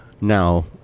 Now